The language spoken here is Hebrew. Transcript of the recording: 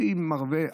הכי מרווה,